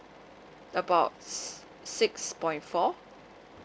about six six point four